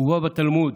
הובא בתלמוד: